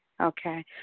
okay